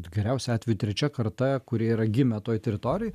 geriausiu atveju trečia karta kurie yra gimę toj teritorijoj